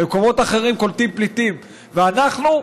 במקומות אחרים קולטים פליטים, ואנחנו?